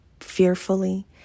fearfully